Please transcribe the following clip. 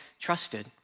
trusted